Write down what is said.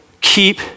keep